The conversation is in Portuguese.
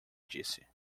disse